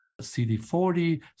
CD40